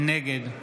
נגד